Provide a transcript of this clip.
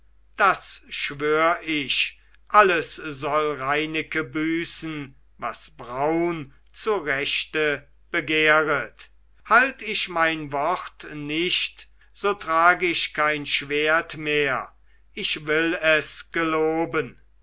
das schwör ich alles soll reineke büßen was braun zu rechte begehret halt ich mein wort nicht so trag ich kein schwert mehr ich will es geloben